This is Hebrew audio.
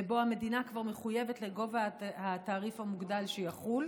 ובו המדינה כבר מחויבת לגובה התעריף המוגדל שיחול.